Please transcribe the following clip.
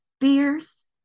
Fierce